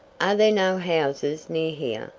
are there no houses near here?